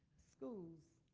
schools,